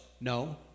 No